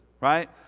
right